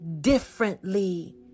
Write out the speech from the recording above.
differently